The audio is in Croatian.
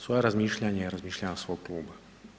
Svoja razmišljanja, razmišljanje svog kluba.